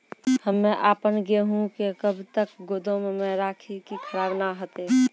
हम्मे आपन गेहूँ के कब तक गोदाम मे राखी कि खराब न हते?